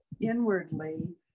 inwardly